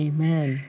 Amen